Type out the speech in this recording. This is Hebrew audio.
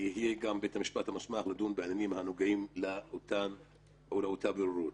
יהיה גם בית המשפט המוסמך לדון בעניינים הנוגעים לאותה בוררות.